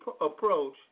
approach